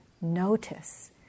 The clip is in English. notice